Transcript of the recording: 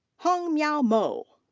hongmiao mo.